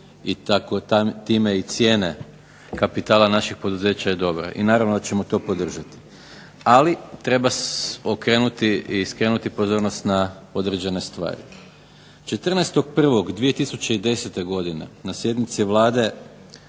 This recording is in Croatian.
i cijene kapitala naših poduzeća je dobra i naravno da ćemo to podržati. Ali treba okrenuti i skrenuti pozornost na određene stvari. 14.1.2010. godine na sjednici Vlade